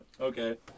Okay